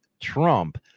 Trump